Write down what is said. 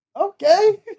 Okay